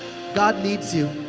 god needs you.